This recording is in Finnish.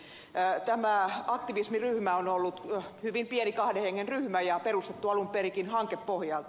tämä aktivismiryhmä on ollut hyvin pieni kahden hengen ryhmä ja perustettu alun perinkin hankepohjalta